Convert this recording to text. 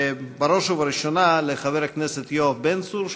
ובראש ובראשונה לחבר הכנסת יואב בן צור,